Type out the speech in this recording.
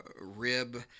rib